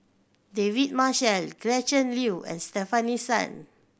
David Marshall Gretchen Liu and Stefanie Sun